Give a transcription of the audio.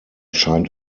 scheint